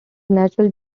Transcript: natural